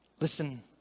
Listen